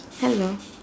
hello